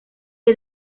had